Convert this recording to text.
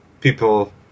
People